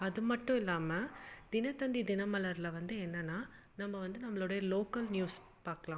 அது மட்டும் இல்லாமல் தினத்தந்தி தினமலரில் வந்து என்னென்னா நம்ம வந்து நம்மளோடய லோக்கல் நியூஸ் பார்க்கலாம்